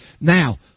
Now